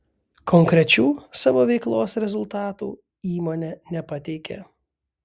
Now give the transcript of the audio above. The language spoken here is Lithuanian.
konkrečių savo veiklos rezultatų įmonė nepateikė